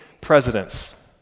presidents